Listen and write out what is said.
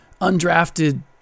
undrafted